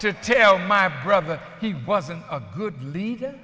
to tell my brother he wasn't a good leader